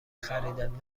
خریدم